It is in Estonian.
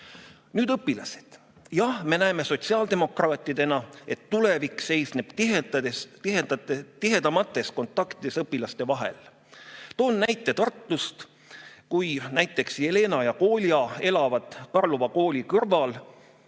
õpilased. Jah, me näeme sotsiaaldemokraatidena, et tulevik seisneb tihedamates kontaktides õpilaste vahel. Toon näite Tartust. Kui näiteks Jelena ja Kolja elavad Karlova kooli kõrval